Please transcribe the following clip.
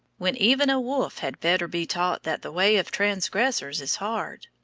when even a wolf had better be taught that the way of transgressors is hard.